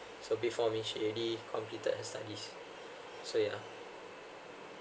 so before me she already completed her studies so yeah